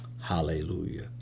hallelujah